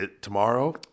Tomorrow